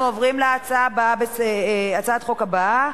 אנחנו עוברים להצעת החוק הבאה: